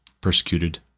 persecuted